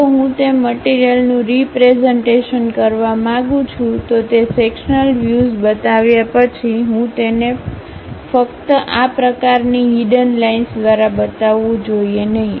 જો હું તે મટીરીયલનું રીપ્રેઝન્ટેશન કરવા માગું છું તો તે સેક્શન્લ વ્યુઝ બતાવ્યા પછી હું તેને ફક્ત આ પ્રકારની હિડન લાઈનસ દ્વારા બતાવવું જોઈએ નહીં